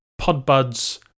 PodBuds